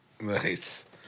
Nice